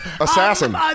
assassin